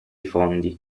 fondi